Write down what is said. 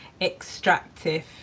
extractive